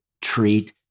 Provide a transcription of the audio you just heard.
treat